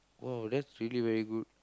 !wow! that's really very good